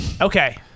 Okay